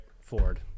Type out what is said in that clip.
Ford